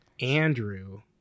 Andrew